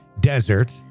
desert